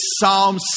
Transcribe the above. Psalm